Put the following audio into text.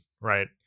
right